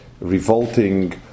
revolting